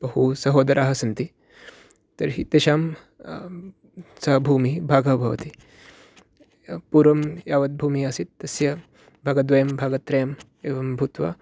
बहु सहोदराः सन्ति तर्हि तेषां सा भूमिः भागः भवति पूर्वं यावत् भूमिः आसीत् तस्य भागद्वयं भागत्रयम् एवं भूत्वा